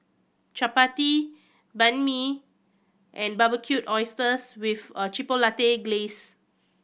Chapati Banh Mi and Barbecued Oysters with a Chipotle Glaze